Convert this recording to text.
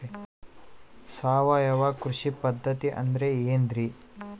ಸಾವಯವ ಕೃಷಿ ಪದ್ಧತಿ ಅಂದ್ರೆ ಏನ್ರಿ?